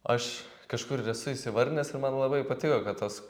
aš kažkur ir esu įsivarinęs ir man labai patiko kad tos